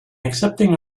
accepting